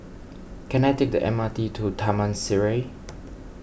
can I take the M R T to Taman Sireh